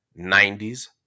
90s